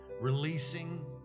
Releasing